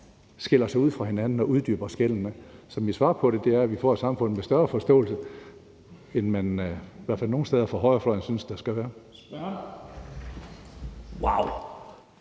adskiller sig fra hinanden og uddyber skellene. Så mit svar på det er, at vi får et samfund med større forståelse, end man i hvert fald nogle steder på højrefløjen synes der skal være. Kl.